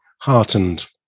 heartened